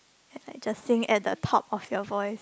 like just sing at the top of your voice